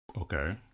okay